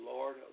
Lord